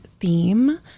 theme